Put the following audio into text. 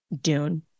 Dune